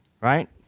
Right